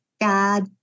God